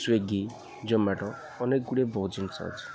Swiggy Zomato ଅନେକ ଗୁଡ଼ିଏ ବହୁତ ଜିନିଷ ଅଛି